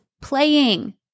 playing